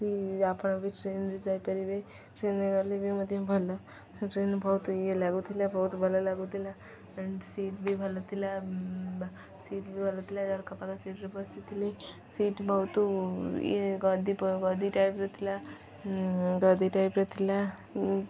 ସେ ଆପଣ ବି ଟ୍ରେନରେ ଯାଇପାରିବେ ଟ୍ରେନରେ ଗଲେ ବି ମଧ୍ୟ ଭଲ ଟ୍ରେନରେ ବହୁତ ଇଏ ଲାଗୁଥିଲା ବହୁତ ଭଲ ଲାଗୁଥିଲା ସିଟ୍ ବି ଭଲ ଥିଲା ସିଟ୍ ବି ଭଲ ଥିଲା ଆଖ ପାଖ ସିଟ୍ରେ ବସିଥିଲେ ସିଟ୍ ବହୁତ ଇଏ ଗଦି ଗଦି ଟାଇପ୍ର ଥିଲା ଗଦି ଟାଇପ୍ର ଥିଲା